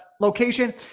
location